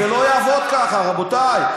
זה לא יעבוד ככה, רבותי.